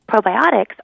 Probiotics